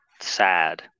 sad